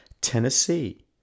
Tennessee